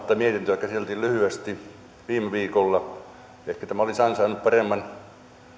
tätä mietintöä käsiteltiin lyhyesti viime viikolla ehkä tämä olisi ansainnut paremman